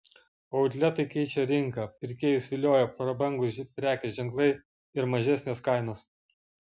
outletai keičia rinką pirkėjus vilioja prabangūs prekės ženklai ir mažesnės kainos